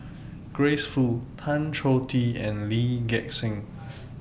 Grace Fu Tan Choh Tee and Lee Gek Seng